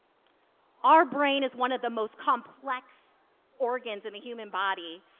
our brain is one of the most complex organs in the human body.